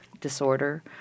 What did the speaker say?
disorder